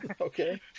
Okay